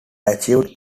achieved